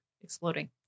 exploding